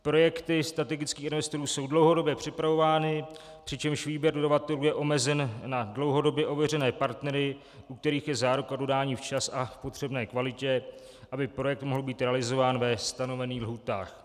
Projekty strategických investorů jsou dlouhodobě připravovány, přičemž výběr dodavatelů je omezen na dlouhodobě ověřené partnery, u kterých je záruka dodání včas a v potřebné kvalitě, aby projekt mohl být realizován ve stanovených lhůtách.